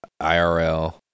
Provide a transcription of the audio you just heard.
IRL